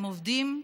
הם עובדים,